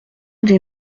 des